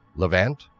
levant,